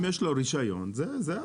אם יש לו רישיון, זה העניין.